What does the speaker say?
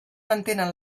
mantenen